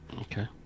Okay